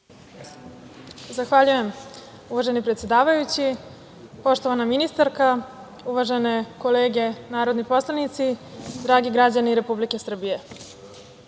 Zahvaljujem, uvaženi predsedavajući. Poštovana ministarka, uvažene kolege narodni poslanici, dragi građani Republike Srbije,